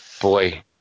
Boy